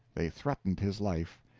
they threatened his life.